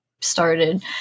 Started